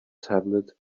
tablet